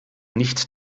nicht